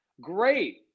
Great